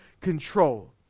control